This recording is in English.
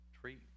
treat